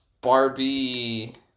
Barbie